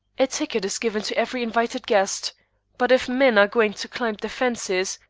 a ticket is given to every invited guest but if men are going to climb the fences,